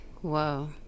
Whoa